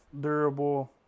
durable